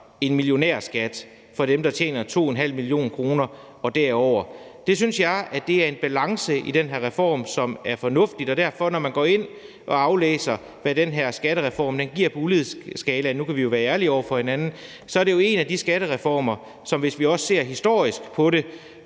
en millionærskat for dem, der tjener 2,5 mio. kr. og derover. Det synes jeg er en balance i den her reform, som er fornuftig. Derfor er det jo, når man går ind og aflæser, hvad den her skattereform giver på ulighedsskalaen – nu kan vi jo være ærlige over for hinanden – en af de skattereformer, som, hvis vi også ser historisk på det,